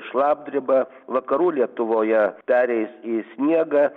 šlapdriba vakarų lietuvoje pereis į sniegą